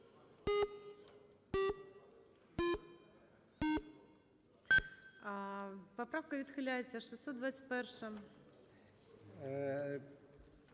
Поправка відхиляється. 621-а.